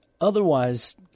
Otherwise